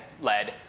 led